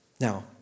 Now